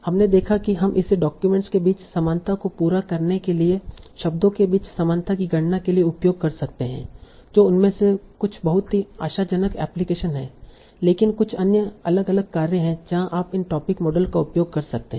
हमने देखा कि हम इसे डाक्यूमेंट्स के बीच समानता को पूरा करने के लिए शब्दों के बीच समानता की गणना के लिए उपयोग कर सकते हैं जो उनमें से कुछ बहुत ही आशाजनक एप्लीकेशन हैं लेकिन कुछ अन्य अलग अलग कार्य हैं जहाँ आप इन टोपिक मॉडल का उपयोग कर सकते हैं